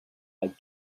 but